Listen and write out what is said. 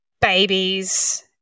Babies